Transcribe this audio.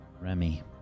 Remy